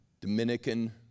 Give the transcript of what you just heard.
Dominican